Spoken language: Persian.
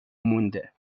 مونده